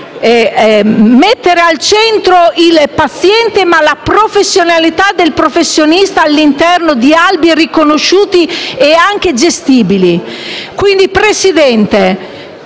mettere al centro il paziente e la professionalità del professionista all'interno di albi riconosciuti e anche gestibili.